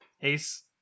Ace